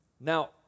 Now